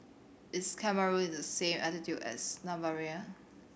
is Cameroon on the same latitude as Namibia